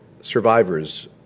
survivors